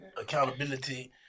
accountability